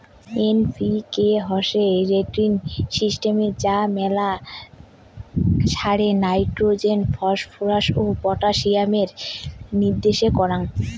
NPK হসে rating system যা মেলা সারে নাইট্রোজেন, ফসফরাস ও পটাসিয়ামের নির্দেশ কারাঙ